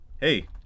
Hey